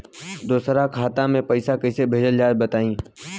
दोसरा खाता में पईसा कइसे भेजल जाला बताई?